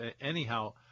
anyhow